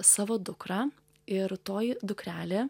savo dukrą ir toji dukrelė